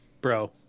Bro